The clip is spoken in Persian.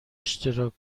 اشتراک